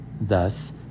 thus